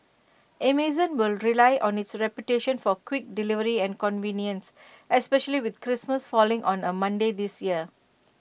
Amazon will rely on its reputation for quick delivery and convenience especially with Christmas falling on A Monday this year